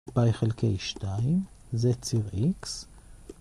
פאי חלקי 2 זה ציר x.